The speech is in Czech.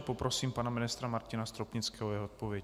Poprosím pana ministra Martina Stropnického o jeho odpověď.